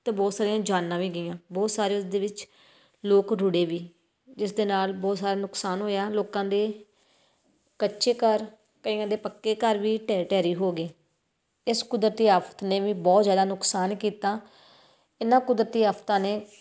ਅਤੇ ਬਹੁਤ ਸਾਰੀਆਂ ਜਾਨਾਂ ਵੀ ਗਈਆਂ ਬਹੁਤ ਸਾਰੇ ਉਸਦੇ ਵਿੱਚ ਲੋਕ ਰੁੜੇ ਵੀ ਜਿਸ ਦੇ ਨਾਲ ਬਹੁਤ ਸਾਰਾ ਨੁਕਸਾਨ ਹੋਇਆ ਲੋਕਾਂ ਦੇ ਕੱਚੇ ਘਰ ਕਈਆਂ ਦੇ ਪੱਕੇ ਘਰ ਵੀ ਢਹਿ ਢੇਰੀ ਹੋ ਗਏ ਇਸ ਕੁਦਰਤੀ ਆਫ਼ਤ ਨੇ ਵੀ ਬਹੁਤ ਜ਼ਿਆਦਾ ਨੁਕਸਾਨ ਕੀਤਾ ਇਹਨਾਂ ਕੁਦਰਤੀ ਆਫ਼ਤਾਂ ਨੇ